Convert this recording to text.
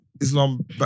Islam